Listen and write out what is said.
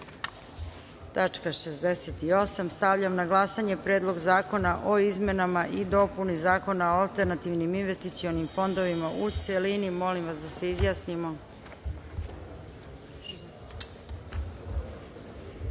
68.Stavljam na glasanje Predlog zakona o izmenama i dopuni Zakona o alternativnim investicionim fondovima, u celini. Molim da se izjasnimo.